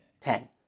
ten